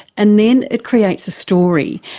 and then it creates a story.